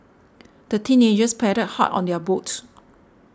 the teenagers paddled hard on their boat